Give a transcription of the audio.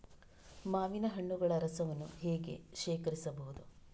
ಮಾವಿನ ಹಣ್ಣುಗಳ ರಸವನ್ನು ಹೇಗೆ ಶೇಖರಿಸಬಹುದು?